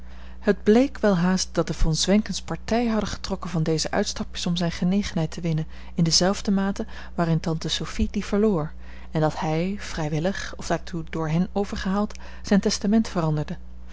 het bleek welhaast dat de von zwenkens partij hadden getrokken van deze uitstapjes om zijne genegenheid te winnen in dezelfde mate waarin tante sophie die verloor en dat hij vrijwillig of daartoe door hen overgehaald zijn testament veranderde